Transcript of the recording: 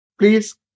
Please